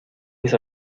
mis